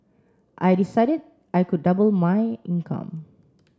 I decided I could double my income